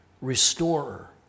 restorer